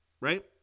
right